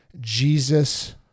Jesus